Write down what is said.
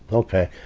ok.